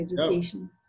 education